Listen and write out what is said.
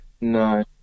No